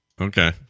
okay